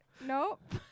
Nope